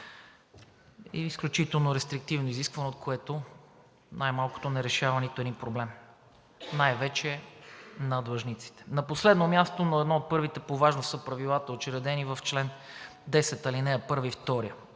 и изключително рестриктивно изискване, от което най малкото не решава нито един проблем, най-вече на длъжниците. На последно място, но на едно от първите по важност, са правилата, учредени в чл. 10, ал. 1 и 2.